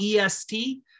EST